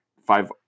five